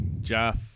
Jeff